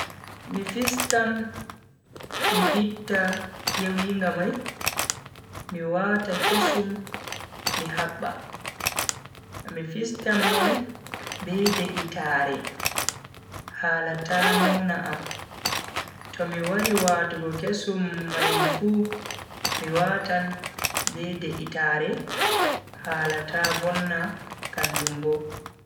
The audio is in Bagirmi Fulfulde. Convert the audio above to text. Mi fistan mi itta yewinga mai, mi wata kesum mi habba. mi fistan mai be de'itaare hala ta nauna am, to mi wari watugo kesum mai fu MI watan be de'itaare hala ta vonna kanjum bo.